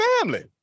family